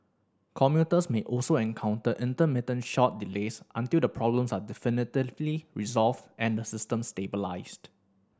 commuters may also encounter intermittent short delays until the problems are definitively resolved and the system stabilised